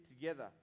together